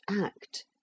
act